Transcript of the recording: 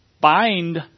bind